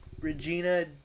Regina